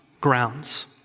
grounds